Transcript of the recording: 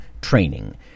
training